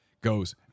goes